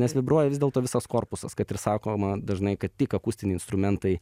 nes vibruoja vis dėlto visas korpusas kad ir sakoma dažnai kad tik akustiniai instrumentai